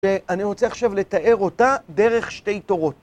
אני רוצה עכשיו לתאר אותה דרך שתי תורות.